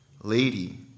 Lady